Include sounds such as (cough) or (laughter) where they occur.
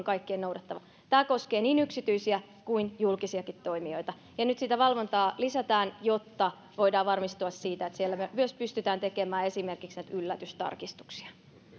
(unintelligible) kaikkien noudatettava tämä koskee niin yksityisiä kuin julkisiakin toimijoita ja nyt sitä valvontaa lisätään jotta voidaan varmistua siitä että siellä pystytään tekemään myös esimerkiksi yllätystarkistuksia